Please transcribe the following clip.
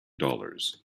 dollars